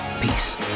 Peace